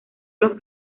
los